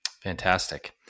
Fantastic